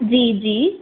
जी जी